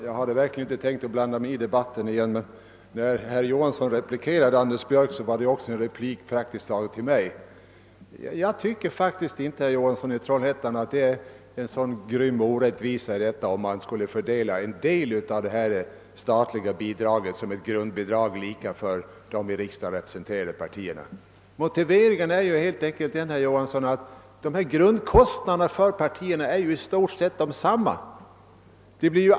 Herr talman! Jag hade inte tänkt blanda mig i debatten igen, men när herr Johansson i Trollhättan replikerade herr Björck i Nässjö innebar det i själva verket också en replik till mig. Jag tycker faktiskt inte, herr Johansson, att det är en så grym orättvisa, om man skulle fördela en del av det statliga bidraget som ett grundbidrag, lika för de i riksdagen representerade partierna. Motiveringen är helt enkelt den, att grundkostnaderna för partierna är i stort sett desamma.